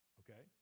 okay